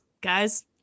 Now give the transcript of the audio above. guys